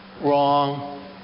Wrong